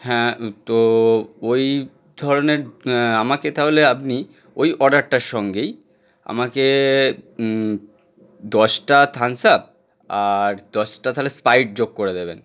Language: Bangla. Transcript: হ্যাঁ তো ওই ধরনের আমাকে তাহলে আপনি ওই অর্ডারটার সঙ্গেই আমাকে দশটা থাম্বস আপ আর দশটা তাহলে স্প্রাইট যোগ করে দেবেন